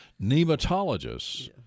nematologists